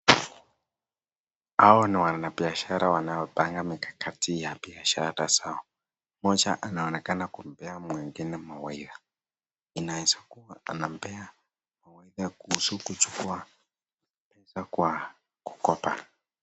Hawa ni wana biashara wanapanga mikakati ya biashara zao . Mmoja anaonekana kumpea mwingine mawaidha ,inaweza kuwa anampea kuhusu kuchukua pesa kwa kukopa.